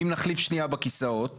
אם נחליף שניה בכיסאות.